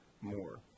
more